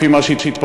לפי מה שהתפרסם,